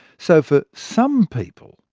so for some people,